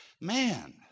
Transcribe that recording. Man